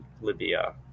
Libya